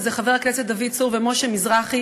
שהם חברי הכנסת דוד צור ומשה מזרחי,